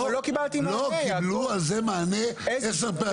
קיבלו על זה מענה עשר פעמים.